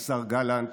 השר גלנט,